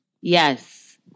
Yes